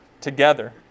together